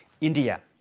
India